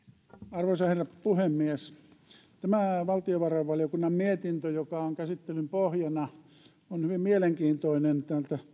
arvoisa herra puhemies tämä valtiovarainvaliokunnan mietintö joka on käsittelyn pohjana on hyvin mielenkiintoinen